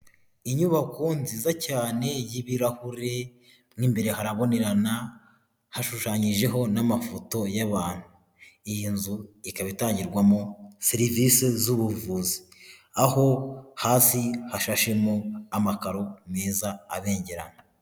Inyubako nziza cyane y'ibirahure, mo imbere harabonerana, hashushanyijeho n'amafoto y'abantu. Iyi nzu ikaba itangirwamo serivise z'ubuvuzi. Aho hasi hashashemo amakaro meza abengera.